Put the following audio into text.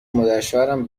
مادرشوهرم